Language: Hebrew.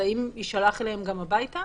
האם הוא יישלח להם את הדוח הביתה?